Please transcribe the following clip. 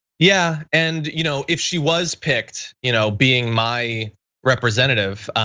yeah and you know if she was picked you know being my representative,